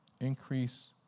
Increase